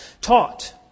taught